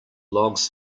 logs